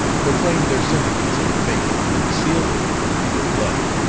proclaimed their sentiments and faith, and sealed them with their blood.